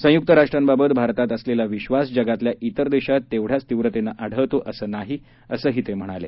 संयुक्त राष्ट्रांबाबत भारतात असलेला विधास जगातल्या तिर देशात तेवढ्याच तीव्रतेने आढळतो असं नाही असं ते म्हणाले